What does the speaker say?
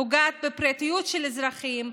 פוגעת בפרטיות של אנשים,